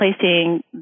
placing